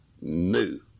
new